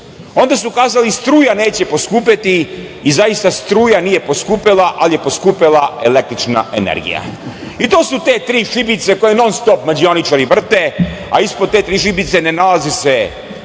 Ona su kazali - struja neće poskupeti. I zaista, struja nije poskupela, ali je poskupela električna energija. To su te tri šibice koje non-stop mađioničari vrte, a ispod te tri šibice ne nalazi se